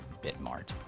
BitMart